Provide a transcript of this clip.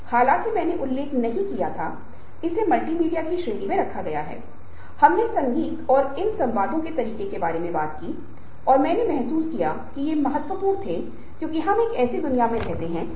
सबसे पहले यह है कि आप एक SWOT विश्लेषण करते हैं SWOT विश्लेषण ताकत के बारे में बोलता है यह स्वयं की ताकत के बारे में स्वयं की कमजोरी के बरेमे बोलता है जो व्यक्तिगत विशिष्ट है